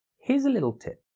here's a little tip